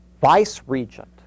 vice-regent